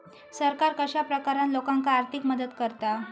सरकार कश्या प्रकारान लोकांक आर्थिक मदत करता?